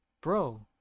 bro